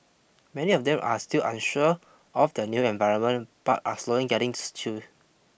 many of them are still unsure of their new environment but are slowly getting used to